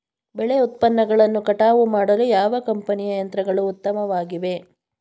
ಬೆಳೆ ಉತ್ಪನ್ನಗಳನ್ನು ಕಟಾವು ಮಾಡಲು ಯಾವ ಕಂಪನಿಯ ಯಂತ್ರಗಳು ಉತ್ತಮವಾಗಿವೆ?